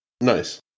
Nice